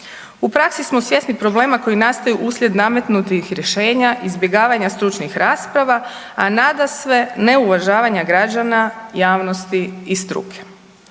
U praksi smo svjesni problema koji nastaju uslijed nametnutih rješenja izbjegavanja stručnih rasprava, a nadasve neuvažavanja građana, javnosti i struke.